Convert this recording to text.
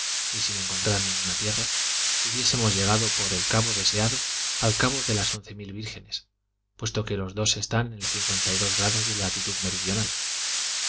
y sin encontrar ninguna tierra hubiésemos llegado por el cabo deseado al cabo de las once mil vírgenes puesto que los dos están en dos grados de latitud meridional el